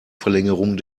verlängerung